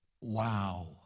Wow